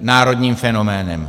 národním fenoménem.